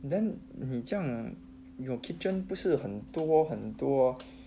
then 你这样 your kitchen 不是很多很多